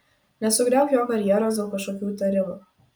nesugriauk jo karjeros dėl kažkokių įtarimų